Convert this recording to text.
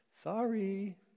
Sorry